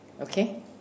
Okay